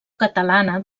catalana